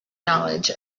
knowledge